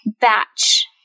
batch